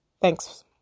Thanks